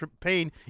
pain